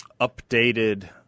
updated